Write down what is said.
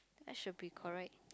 that should be correct